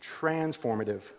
transformative